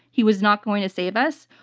he was not going to save us.